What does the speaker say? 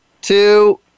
two